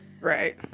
Right